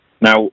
Now